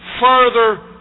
further